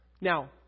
Now